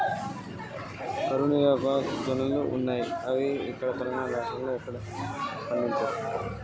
కరువు నిరోధక జొన్నల రకం ఉందా?